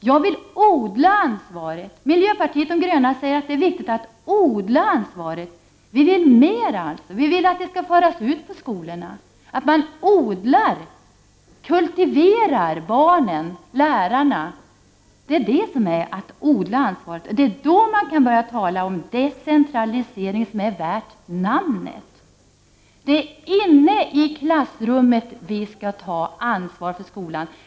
Jag och miljöpartiet de gröna vill i stället odla ansvaret; det tycker vi är viktigt. Vi vill att mycket mer skall föras ut på skolorna, att man odlar ansvaret där, att man kultiverar barnen och lärarna osv. Det är vad det handlar om. Då kan man tala om en decentralisering värd namnet. Det är inne i klassrummet som vi skall ta ansvaret för skolan.